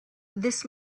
this